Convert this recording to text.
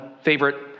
favorite